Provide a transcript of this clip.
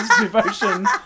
devotion